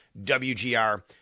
WGR